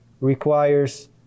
requires